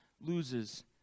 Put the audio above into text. loses